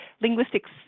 linguistics